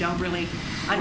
don't really